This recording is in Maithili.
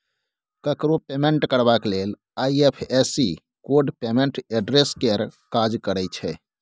ककरो पेमेंट करबाक लेल आइ.एफ.एस.सी कोड पेमेंट एड्रेस केर काज करय छै